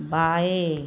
बाएँ